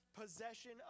possession